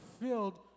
filled